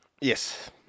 Yes